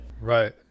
Right